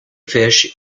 fish